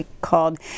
called